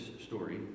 story